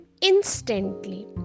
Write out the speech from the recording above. instantly